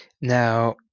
Now